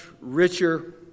richer